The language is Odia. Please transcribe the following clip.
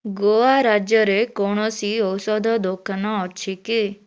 ଗୋଆ ରାଜ୍ୟରେ କୌଣସି ଔଷଧ ଦୋକାନ ଅଛି କି